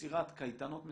יצירת קייטנות מסובסדות,